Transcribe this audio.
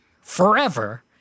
forever—